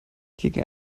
gegen